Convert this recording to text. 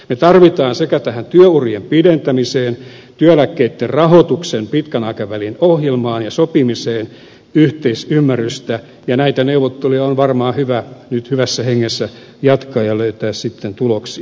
me tarvitsemme sekä tähän työurien pidentämiseen että työeläkkeitten rahoituksen pitkän aikavälin ohjelmaan ja sopimiseen yhteisymmärrystä ja näitä neuvotteluja on varmaan hyvä nyt hyvässä hengessä jatkaa ja löytää sitten tuloksia